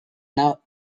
now